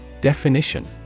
Definition